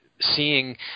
seeing –